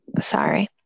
Sorry